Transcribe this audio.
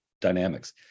dynamics